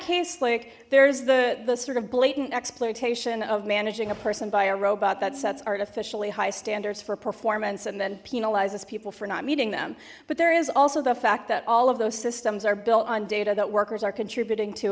case like there's the the sort of blatant exploitation of managing a person by a robot that sets artificially high standards for performance and then penalizes people for not meeting them but there is also the fact that all of those systems are built on data that workers are contributing to